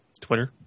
Twitter